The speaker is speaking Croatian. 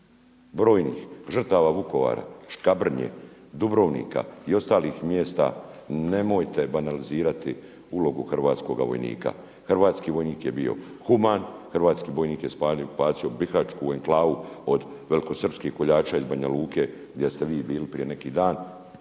brojnih žrtava Vukovara, Škabrnje, Dubrovnika i ostalih mjesta, nemojte banalizirati ulogu hrvatskoga vojnika. Hrvatski vojnik je bio human, hrvatski vojnik je spasio Bihaćku enklavu od velikosrpskh koljača iz Banja Luke gdje ste vi bili prije neki dan,